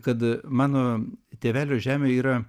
kad mano tėvelio žemė yra